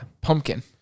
pumpkin